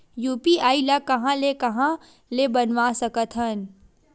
UPI ल कहां ले कहां ले बनवा सकत हन?